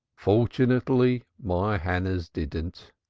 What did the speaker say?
fortunately my hannah's didn't.